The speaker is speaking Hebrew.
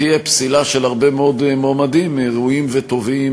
תהיה פסילה של הרבה מאוד מועמדים ראויים וטובים,